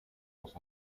los